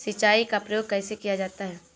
सिंचाई का प्रयोग कैसे किया जाता है?